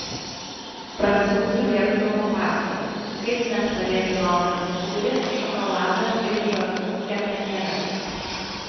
prancūzių lieknumo paslaptys kaip nestorėti valgant sūrį šokoladą ir žąsų kepenėles